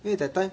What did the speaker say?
that time